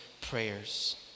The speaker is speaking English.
prayers